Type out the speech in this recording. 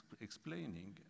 explaining